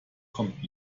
kommt